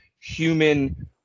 human